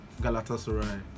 Galatasaray